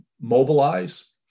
mobilize